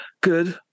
good